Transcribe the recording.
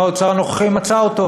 ושר האוצר הנוכחי מצא אותו.